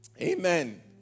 Amen